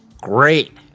Great